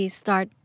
start